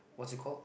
what's it called